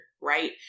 right